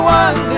one